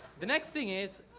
the next thing is,